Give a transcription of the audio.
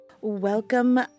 Welcome